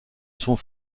sont